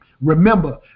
remember